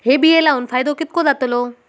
हे बिये लाऊन फायदो कितको जातलो?